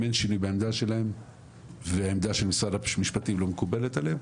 אם אין שינוי בעמדה שלהם והעמדה של משרד המשפטים לא מקובלת עליהם,